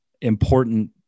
important